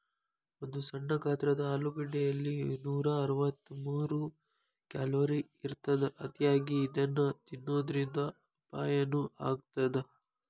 ಒಂದು ಸಣ್ಣ ಗಾತ್ರದ ಆಲೂಗಡ್ಡೆಯಲ್ಲಿ ನೂರಅರವತ್ತಮೂರು ಕ್ಯಾಲೋರಿ ಇರತ್ತದ, ಅತಿಯಾಗಿ ಇದನ್ನ ತಿನ್ನೋದರಿಂದ ಅಪಾಯನು ಆಗತ್ತದ